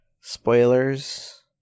Spoilers